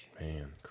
Man